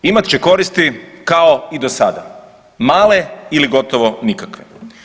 Imat će koristi kao i do sada, male ili gotovo nikakve.